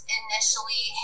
initially